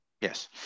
yes